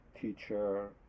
teacher